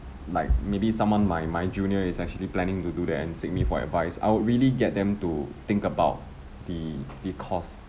like maybe someone my my junior is actually planning to do that and seek me for advice I would really get them to think about the because